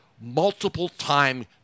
multiple-time